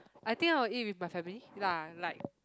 I think I will eat with my family lah like